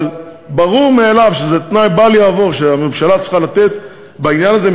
אבל ברור מאליו שזה תנאי בל יעבור שהממשלה צריכה לתת בעניין הזה,